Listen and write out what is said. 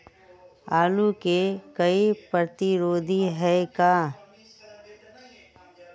आलू के कोई प्रतिरोधी है का?